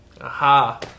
aha